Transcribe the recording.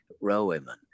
railwaymen